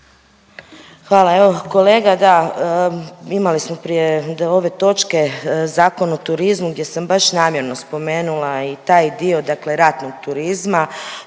Hvala. Evo, kolega da, imali smo prije ove točke Zakon o turizmu gdje sam baš namjerno spomenula i taj dio, dakle ratnog turizma,